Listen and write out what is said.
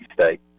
State